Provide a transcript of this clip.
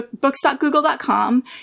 books.google.com